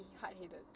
hard-headed